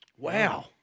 Wow